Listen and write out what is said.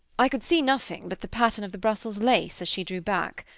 i could see nothing but the pattern of the brussels lace as she drew back.